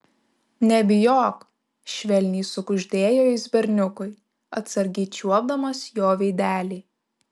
nebijok švelniai sukuždėjo jis berniukui atsargiai čiuopdamas jo veidelį